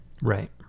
Right